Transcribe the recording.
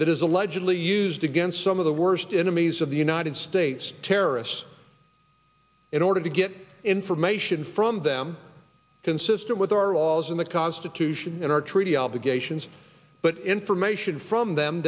that is allegedly used against some of the worst enemies of the united states terrorists in order to get information from them consistent with our laws and the constitution and our treaty obligations but information from them